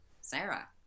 Sarah